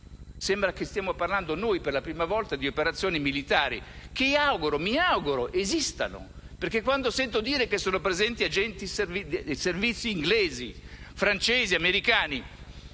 Sembra che stiamo parlando, per la prima volta, di operazioni militari che mi auguro esistano (infatti, quando sento dire che sono presenti agenti e servizi inglesi, francesi e americani,